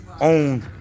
own